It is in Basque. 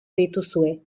dituzue